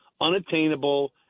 unattainable